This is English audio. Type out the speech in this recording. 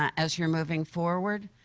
as you're moving forward.